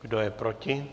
Kdo je proti?